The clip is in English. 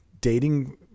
dating